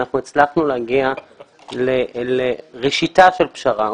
אנחנו הצלחנו להגיע לראשיתה של פשרה.